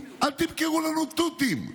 אל תמכרו לנו תותים.